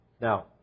Now